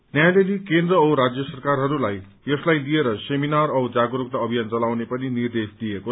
न्यायालयले केन्द्र औ राज्य सरकारहरूलाई यसलाई लिएर सेमिनार औ जागरूकता अभियान चलाउने निर्देश दियो